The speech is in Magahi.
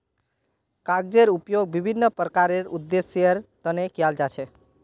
कागजेर उपयोग विभिन्न प्रकारेर उद्देश्येर तने कियाल जा छे